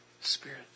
Spirit